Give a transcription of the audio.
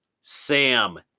Sam